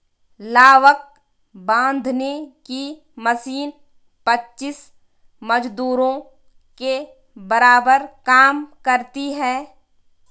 लावक बांधने की मशीन पच्चीस मजदूरों के बराबर काम करती है